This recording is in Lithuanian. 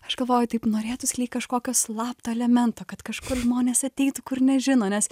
aš galvoju taip norėtųsi lyg kažkokio slapto elemento kad kažkur žmonės ateitų kur nežino nes